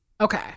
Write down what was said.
Okay